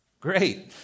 Great